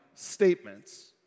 statements